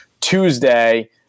Tuesday